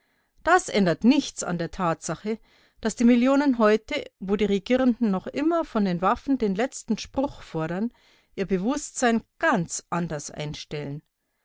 das ändert nichts an der tatsache daß die millionen heute wo die regierenden noch immer von den waffen den letzten spruch fordern ihr bewußtsein ganz anders einstellen